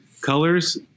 Colors